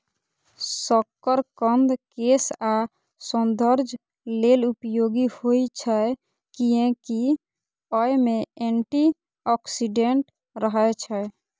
शकरकंद केश आ सौंदर्य लेल उपयोगी होइ छै, कियैकि अय मे एंटी ऑक्सीडेंट रहै छै